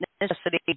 necessity